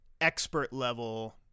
expert-level